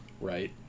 right